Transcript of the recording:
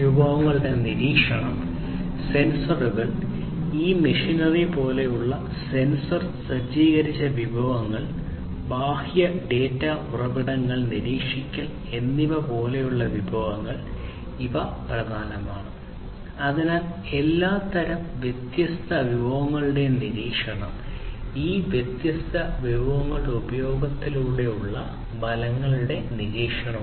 വിഭവങ്ങളുടെ നിരീക്ഷണം സെൻസറുകൾ ഈ മെഷിനറി പോലുള്ള സെൻസർ സജ്ജീകരിച്ച വിഭവങ്ങൾ ബാഹ്യ ഡാറ്റാ ഉറവിടങ്ങൾ നിരീക്ഷിക്കൽ എന്നിവ പോലുള്ള വിഭവങ്ങൾ ഇവ പ്രധാനമാണ് അതിനാൽ എല്ലാത്തരം വ്യത്യസ്ത വിഭവങ്ങളുടെയും നിരീക്ഷണവും ഈ വ്യത്യസ്ത വിഭവങ്ങളുടെ ഉപയോഗത്തിലൂടെയുള്ള ഫലങ്ങളുടെ നിരീക്ഷണവും